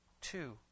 Two